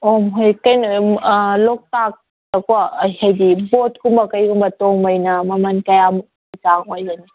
ꯑꯪ ꯍꯣꯏ ꯀꯩꯅꯣ ꯂꯣꯛꯇꯥꯛꯇꯀꯣ ꯍꯥꯏꯗꯤ ꯕꯣꯠꯀꯨꯝꯕ ꯀꯩꯒꯨꯝꯕ ꯇꯣꯡꯕꯩꯅ ꯃꯃꯟ ꯀꯌꯥꯃꯨꯛꯀꯤ ꯆꯥꯡ ꯑꯣꯏꯒꯅꯤ